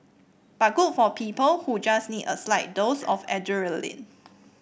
but good for people who just need a slight dose of adrenaline